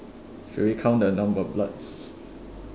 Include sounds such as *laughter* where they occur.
should we count the number of blood *noise*